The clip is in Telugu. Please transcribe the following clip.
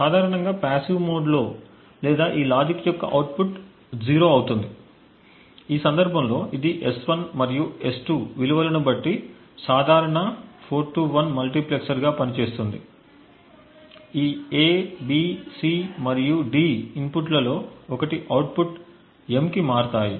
సాధారణంగా పాసివ్ మోడ్లో లేదా ఈ లాజిక్ యొక్క అవుట్పుట్ 0 అవుతుంది ఈ సందర్భంలో ఇది S1 మరియు S2 విలువలను బట్టి సాధారణ 4 to 1 మల్టీప్లెక్సర్గా పనిచేస్తుంది ఈ A B C మరియు D ఇన్పుట్లలో ఒకటి అవుట్పుట్ M కి మారతాయి